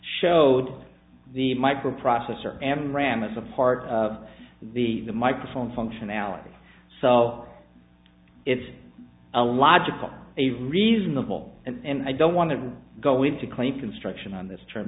showed the microprocessor and ram as a part of the microphone functionality so it's a logical a reasonable and i don't want to go into clean construction on this term